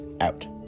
out